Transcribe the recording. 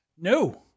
No